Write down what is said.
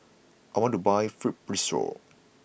I want to buy Fibrosol